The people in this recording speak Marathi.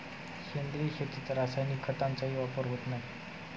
सेंद्रिय शेतीत रासायनिक खतांचा वापर होत नाही